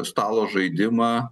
stalo žaidimą